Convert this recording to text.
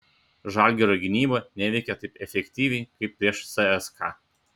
žalgirio gynyba neveikė taip efektyviai kaip prieš cska